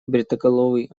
бритоголовый